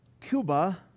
cuba